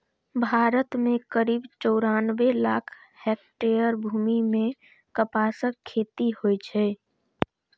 भारत मे करीब चौरानबे लाख हेक्टेयर भूमि मे कपासक खेती होइ छै